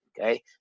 Okay